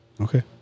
Okay